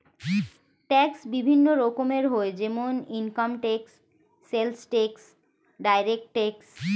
tax বিভিন্ন রকমের হয় যেমন income tax, sales tax, direct tax